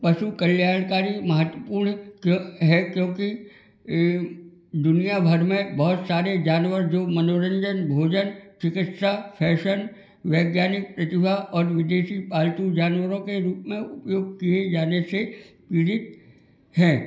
पशु कल्याणकारी महत्वपूर्ण क्यो है क्योंकि अ दुनिया भर में बहुत सारे जानवर जो मनोरंजन भोजन चिकित्सा फैशन वैज्ञानिक प्रतिभा और विदेशी पालतू जानवरों के रूप में उपयोग किए जाने से पीड़ित हैं